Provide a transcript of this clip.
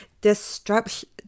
destruction